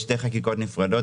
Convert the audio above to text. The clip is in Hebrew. יש שתי חקיקות נפרדות.